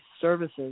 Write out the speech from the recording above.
services